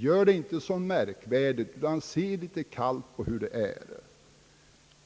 Gör det heller inte så märkvärdigt, utan se litet kallt på hur det är!